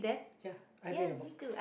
ya I have it in a box